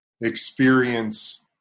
experience